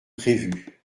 prévu